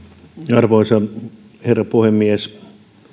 arvoisa herra puhemies